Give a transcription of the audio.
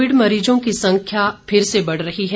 Covid मरीजों की संख्या फिर से बढ़ रही है